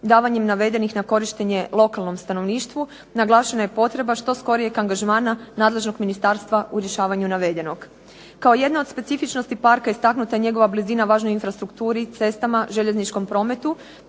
davanjem navedenih na korištenje lokalnom stanovništvu, naglašena je potreba što skorijeg angažmana nadležnog ministarstva u rješavanju navedenog. Kao jedna od specifičnosti parka istaknuta je njegova blizina važnoj infrastrukturi, cestama, željezničkom prometu,